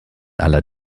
aller